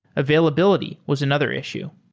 availability was another issue.